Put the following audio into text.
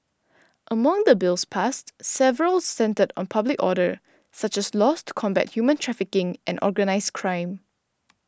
among the bills passed several centred on public order such as laws to combat human trafficking and organised crime